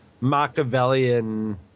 Machiavellian